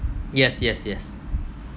yes yes yes